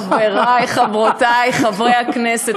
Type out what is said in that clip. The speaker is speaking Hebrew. חברי וחברותי חברי הכנסת,